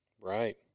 Right